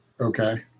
Okay